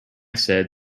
said